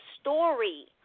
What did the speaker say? story